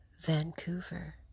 Vancouver